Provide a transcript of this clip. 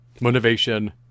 Motivation